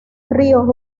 ríos